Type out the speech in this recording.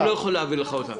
הוא לא יכול להעביר לך אותם.